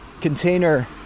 container